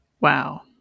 Wow